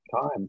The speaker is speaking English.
time